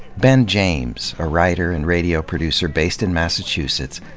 ben james, a writer and radio producer based in massachusetts,